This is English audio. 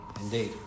indeed